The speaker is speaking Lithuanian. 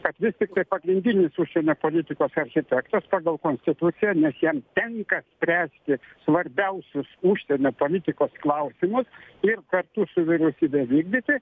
kad vis tiktai pagrindinis užsienio politikos architektas pagal konstituciją nes jam tenka spręsti svarbiausius užsienio politikos klausimus ir kartu su vyriausybe vykdyti